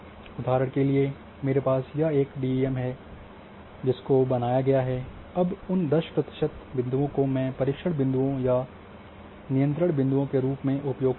उदाहरण के लिए मेरे पास यह एक डीईएम है जिसको बनाया गया है अब उन 10 प्रतिशत बिंदुओं को मैं परीक्षण बिंदुओं या नियंत्रण बिंदुओं के रूप में उपयोग करूंगा